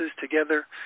together